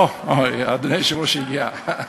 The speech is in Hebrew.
אוה, הנה, אדוני היושב-ראש הגיע.